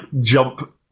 jump